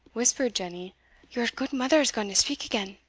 whispered jenny your gudemither's gaun to speak again.